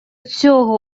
цього